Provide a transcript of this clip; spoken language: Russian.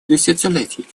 десятилетий